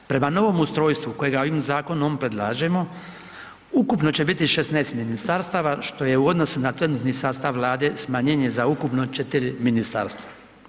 Prema novom ustrojstvu kojega ovim zakonom predlažemo, ukupno će biti 16 ministarstava, što je u odnosu na trenutni sastav vlade smanjenje za ukupno 4 ministarstva.